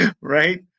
Right